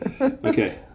okay